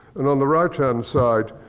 and on the right hand side,